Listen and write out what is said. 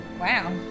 Wow